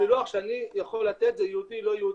הפילוח שאני יכול לתת זה יהודי ולא יהודי,